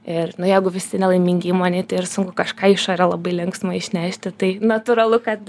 ir nu jeigu visi nelaimingi įmonėj tai ir sunku kažką į išorę labai linksmo išnešti tai natūralu kad